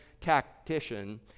tactician